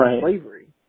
slavery